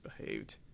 behaved